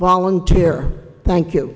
volunteer thank you